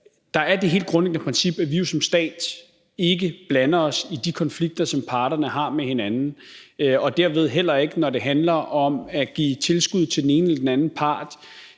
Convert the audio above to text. Der er det helt grundlæggende princip, at vi jo som stat ikke blander os i de konflikter, som parterne har med hinanden, heller ikke, når det handler om at give tilskud til den ene eller den anden part,